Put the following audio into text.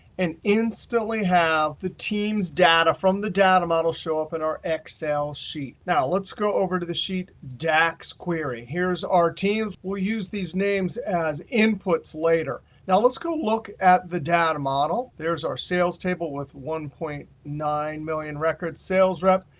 and instantly have the team's data from the data model show up in our excel sheet. now let's go over to the sheet dax query. here's our teams. we'll use these names as inputs later. now let's go look at the data model. there's our sales table with one point nine million records. sales rep.